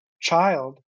child